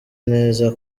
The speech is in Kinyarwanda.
neza